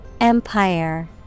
Empire